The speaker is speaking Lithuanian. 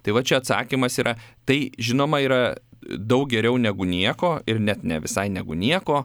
tai va čia atsakymas yra tai žinoma yra daug geriau negu nieko ir net ne visai negu nieko